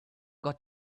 got